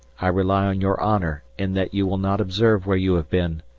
i rely on your honour in that you will not observe where you have been.